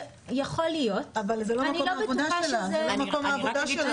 יכול להיות, אני לא בטוחה שזה הפתרון.